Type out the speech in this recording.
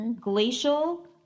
Glacial